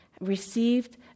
received